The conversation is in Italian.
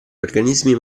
organismi